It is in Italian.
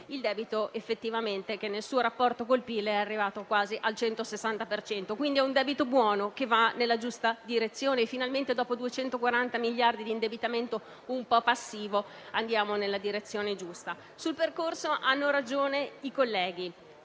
il debito che effettivamente nel suo rapporto con il PIL è arrivato quasi al 160 per cento. È quindi un debito buono che va nella giusta direzione. Finalmente, dopo 240 miliardi di indebitamento un po' passivo, andiamo nella direzione giusta. Sul percorso hanno ragione i colleghi: